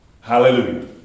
Hallelujah